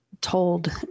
told